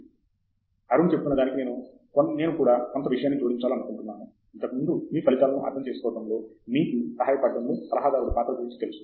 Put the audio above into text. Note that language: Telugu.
ప్రొఫెసర్ ప్రతాప్ హరిదాస్ అరుణ్ చెబుతున్న దానికి నేను కూడా కొంత విషయాన్ని జోడించాలనుకుంటున్నాను ఇంతకుముందు మీ ఫలితాలను అర్థం చేసుకోవడంలో మీకు సహాయపడటంలో సలహాదారుడి పాత్ర గురించి తెలుసు